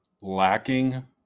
lacking